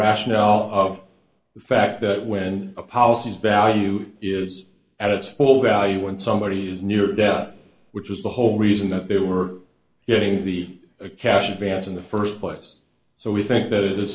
rationale of the fact that when a policy is value is at its full value when somebody is near death which was the whole reason that they were getting the a cash advance in the first place so we think that it is